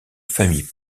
famille